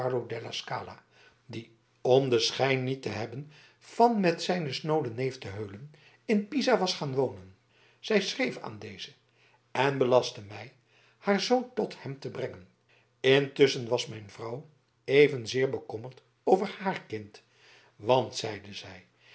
scala die om den schijn niet te hebben van met zijnen snooden neef te heulen in pisa was gaan wonen zij schreef aan dezen en belastte mij haar zoon tot hem te brengen intusschen was mijn vrouw evenzeer bekommerd over haar kind want zeide zij